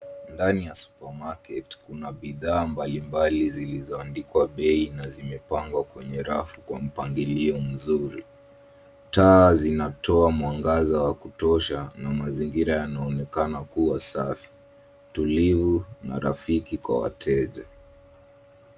Ndani ya supermarket kuna bidhaa mbalimbali zilizoandikwa bei na zimepangwa kwenye rafu kwa mpangilio mzuri. Taa zinatoa mwangaza wa kutosha na mazingira yanaonekana kuwa safi, tulivu, na rafiki kwa wateja.